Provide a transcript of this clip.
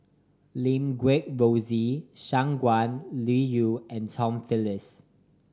Lim Guat Rosie Shangguan Liuyun and Tom Phillips